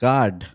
God